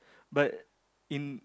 but in